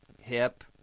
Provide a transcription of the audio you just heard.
hip